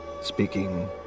speaking